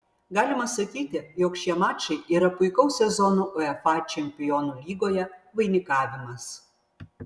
galima sakyti jog šie mačai yra puikaus sezono uefa čempionų lygoje vainikavimas